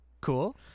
Cool